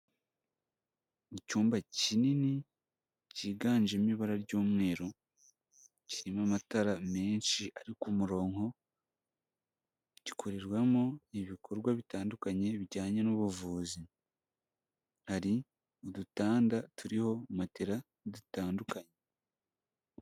Icyumba kinini cyiganjemo ibara ry'umweru, kirimo amatara menshi ari ku murongo, gikorerwamo ibikorwa bitandukanye bijyanye n'ubuvuzi, hari udutanda turiho matera dutandukanye.